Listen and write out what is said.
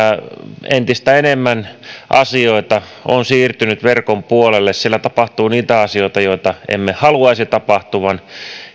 todettu verkkoturvallisuus entistä enemmän asioita on siirtynyt verkon puolelle siellä tapahtuu niitä asioita joita emme haluaisi tapahtuvan